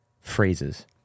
phrases